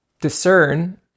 discern